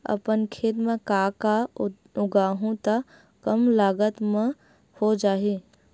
अपन खेत म का का उगांहु त कम लागत म हो जाही?